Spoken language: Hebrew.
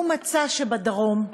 הוא מצא שבדרום,